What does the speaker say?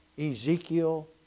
Ezekiel